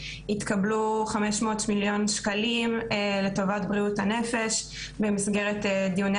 התקבלו 500 מיליון שקלים לטובת בריאות הנפש במסגרת דיוני